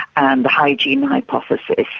and the hygiene hypothesis.